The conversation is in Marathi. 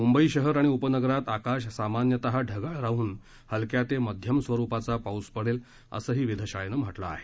मुंबई शहर आणि उपनगरात आकाश सामान्यत ढगाळ राहून हलक्या ते मध्यम स्वरुपाचा पाऊस पडेल असंही वेधशाळेनं म्हटलं आहे